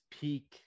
peak